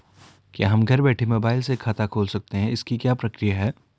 क्या हम घर बैठे मोबाइल से खाता खोल सकते हैं इसकी क्या प्रक्रिया है?